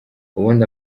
ubundi